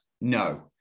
No